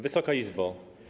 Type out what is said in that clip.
Wysoka Izbo!